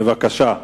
בבקשה.